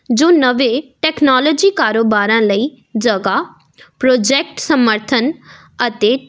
ਜੋ ਨਵੇਂ ਟੈਕਨੋਲਜੀ ਕਾਰੋਬਾਰਾਂ ਲਈ ਜਗ੍ਹਾ ਪ੍ਰੋਜੈਕਟ ਸਮਰਥਨ ਅਤੇ